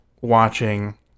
watching